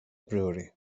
brewery